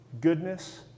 goodness